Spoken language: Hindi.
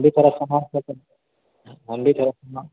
हम भी थोड़ा समझ सकते हम भी थोड़ा